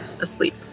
asleep